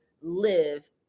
live